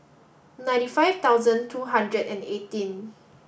ninety five thousand two hundred and eighteen